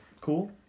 Cool